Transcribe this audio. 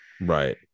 right